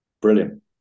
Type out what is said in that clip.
brilliant